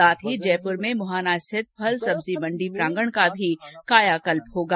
साथ ही जयपुर में मुहाना स्थित फल सब्जी मंडी प्रांगण का भी कायाकल्प होगा